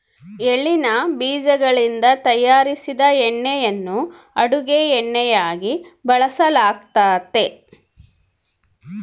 ಎಳ್ಳಿನ ಬೀಜಗಳಿಂದ ತಯಾರಿಸಿದ ಎಣ್ಣೆಯನ್ನು ಅಡುಗೆ ಎಣ್ಣೆಯಾಗಿ ಬಳಸಲಾಗ್ತತೆ